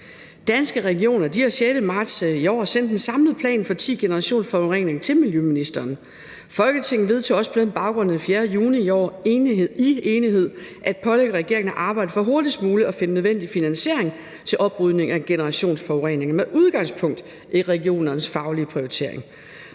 Danske Regioner har den 6. marts i år sendt en samlet plan for de ti generationsforureninger til miljøministeren. Folketinget vedtog også på den baggrund den 4. juni i år i enighed at pålægge regeringen at arbejde for hurtigst muligt at finde nødvendig finansiering til oprydning af generationsforureningerne med udgangspunkt i regionernes faglige prioritering.